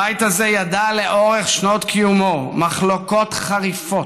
הבית הזה ידע לאורך שנות קיומו מחלוקות חריפות,